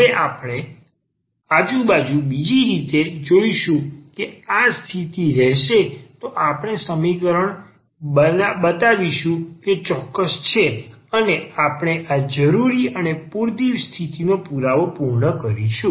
હવે આપણે આજુ બાજુ બીજી રીતે જોઈશું કે જો આ સ્થિતિ રહેશે તો આપણે બતાવીશું કે સમીકરણ ચોક્કસ છે અને આપણે આ જરૂરી અને પૂરતી સ્થિતિનો પુરાવો પૂર્ણ કરીશું